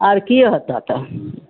आर की होतो तऽ